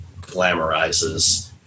glamorizes